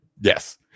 Yes